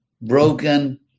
broken